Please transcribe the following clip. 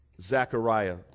Zechariah